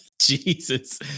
Jesus